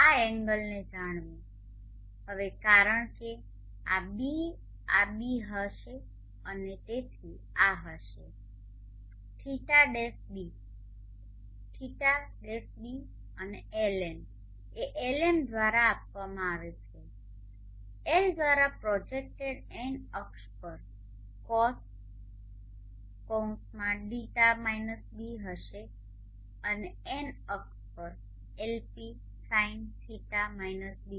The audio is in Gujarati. આ એન્ગલને જાણવું હવે કારણ કે આ ß આ હશે ß અને તેથી આ હશે ϕ -ß ϕ -ß અને LN એ Lm દ્વારા આપવામાં આવે છે એલ દ્વારા પ્રોજેક્ટેડ N અક્ષ પર cos ϕ - ß હશે અને એન અક્ષ પર LP sin ϕ - ß